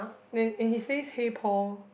then and he says hey Paul